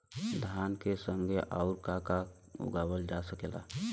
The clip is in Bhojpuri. धान के संगे आऊर का का उगावल जा सकेला?